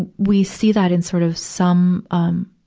and we see that in sort of some, um,